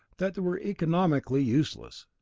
that they were economically useless.